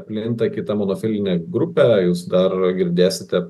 plinta kita monofilinė grupė jūs dar girdėsite